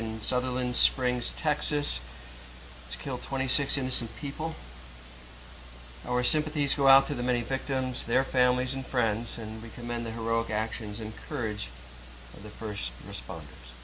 in sutherland springs texas to kill twenty six innocent people our sympathies go out to the many victims their families and friends and we commend the heroic actions and courage of the first response